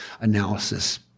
analysis